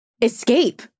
escape